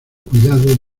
cuidado